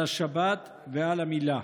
על השבת ועל המילה.